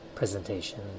presentation